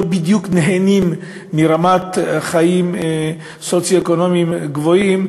בדיוק נהנים מרמה סוציו-אקונומית גבוהה.